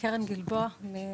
מאוד.